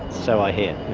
so i hear.